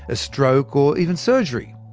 a stroke, or even surgery.